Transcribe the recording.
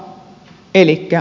mutta ei